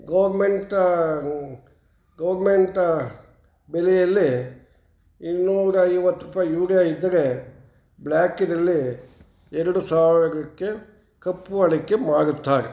government government ಬೆಲೆಯಲ್ಲಿ ಇನ್ನೂರೈವತ್ತು ರೂಪಾಯಿ ಯೂರಿಯಾ ಇದ್ದರೆ ಬ್ಲ್ಯಾಕಿನಲ್ಲಿ ಎರಡು ಸಾವಿರಕ್ಕೆ ಕಪ್ಪು ಹಣಕ್ಕೆ ಮಾರುತ್ತಾರೆ